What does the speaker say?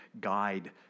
guide